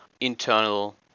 internal